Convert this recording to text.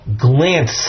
glance